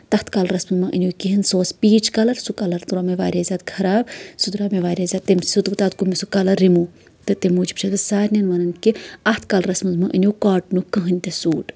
تتھ کَلرَس مہ أنیو کِہینۍ سُہ اوس پِیٖچ کَلر سُہ کَلر درٛاو مےٚ واریاہ زیادٕ خراب سُہ درٛاو مےٚ واریاہ زیادٕ تمہِ سۭتۍ تَتھ گوٚو مےٚ سُہ کلر رِمو تہٕ تَمہِ موٗجوٗب چھَس بہٕ سارنین وَنان کہِ اَتھ کَلرَس منٛز مہ أنتو کاٹنُک کٕہیٖنۍ تہِ سوٗٹ